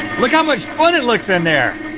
look how much fun it looks in there.